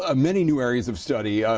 ah many new areas of study.